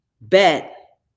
bet